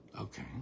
Okay